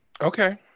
Okay